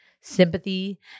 sympathy